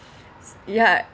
ya